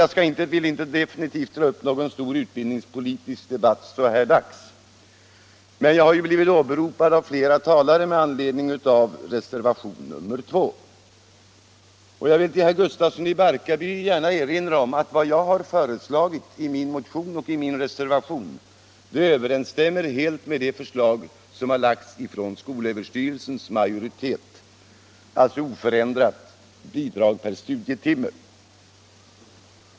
Jag vill definitivt inte dra upp någon stor utbildningspolitisk debatt så här dags, men jag har ju blivit åberopad av flera talare med anledning av reservation nr 2. Jag vill därför gärna erinra herr Gustafsson i Barkarby om att vad jag har föreslagit i min motion och i min reservation helt överensstämmer med det förslag som lagts av skolöverstyrelsens majoritet om ett oförändrat bidrag per studietimme.